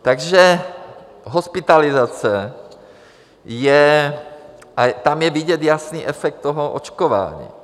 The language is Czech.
Takže hospitalizace je... tam je vidět jasný efekt toho očkování.